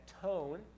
tone